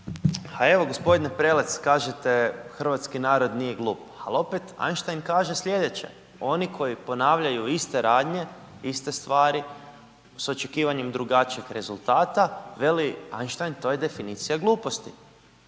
A evo g. Prelec kažete hrvatski narod nije glup, al opet Einstein kaže slijedeće, oni koji ponavljaju iste radnje, iste stvari s očekivanjem drugačijeg rezultata veli Einstein to je definicija gluposti,